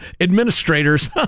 Administrators